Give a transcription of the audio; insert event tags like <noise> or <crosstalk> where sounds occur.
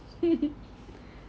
<laughs>